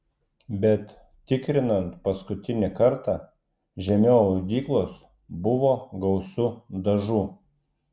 bet tikrinant paskutinį kartą žemiau audyklos buvo gausu dažų